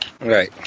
Right